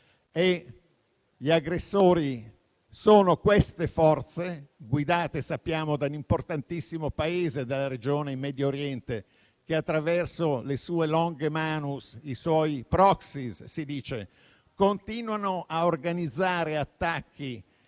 gli aggressori sono le forze guidate - come sappiamo - da un importantissimo Paese, dalla regione in Medio Oriente che, attraverso la sua *longa manus*, i suoi *proxies* - come si dice - continuano a organizzare attacchi